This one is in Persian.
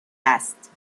است